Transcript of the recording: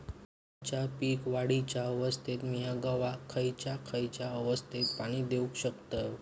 गव्हाच्या पीक वाढीच्या अवस्थेत मिया गव्हाक खैयचा खैयचा अवस्थेत पाणी देउक शकताव?